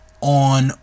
on